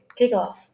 kickoff